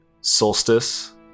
solstice